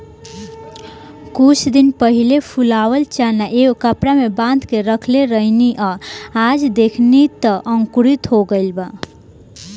कुछ दिन पहिले फुलावल चना एगो कपड़ा में बांध के रखले रहनी आ आज देखनी त अंकुरित हो गइल बा